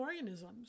organisms